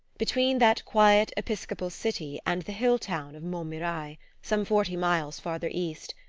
between that quiet episcopal city and the hill-town of montmirail, some forty miles farther east,